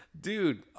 dude